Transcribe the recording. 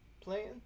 playing